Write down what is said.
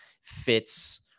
fits